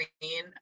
green